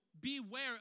beware